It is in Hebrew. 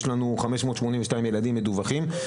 יש לנו 582 ילדים מדווחים.